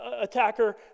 attacker